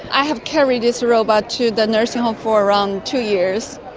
i have carried this robot to the nursing home for around two years.